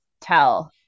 tell